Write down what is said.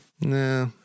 Nah